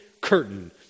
curtain